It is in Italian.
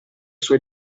suoi